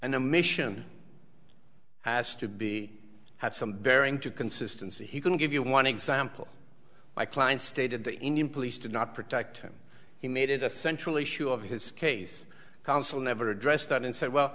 and a mission has to be had some bearing to consistency he couldn't give you one example my client stated the indian police did not protect him he made it a central issue of his case council never addressed and said well